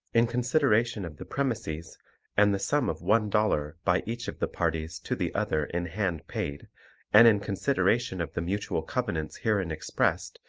in consideration of the premises and the sum of one dollar by each of the parties to the other in hand paid and in consideration of the mutual covenants herein expressed,